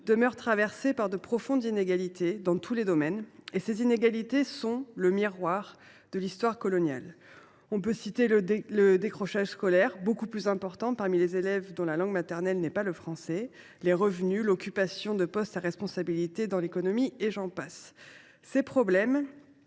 demeure traversée par de profondes inégalités dans tous les domaines. Ces inégalités sont le miroir de l’histoire coloniale. On constate ainsi un décrochage scolaire beaucoup plus important parmi les élèves dont la langue maternelle n’est pas le français, mais aussi des inégalités en termes de revenus ou d’occupation des postes à responsabilité dans l’économie – et j’en passe. Ces problèmes